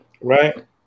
Right